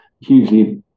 hugely